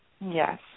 Yes